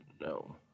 No